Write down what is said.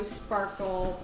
sparkle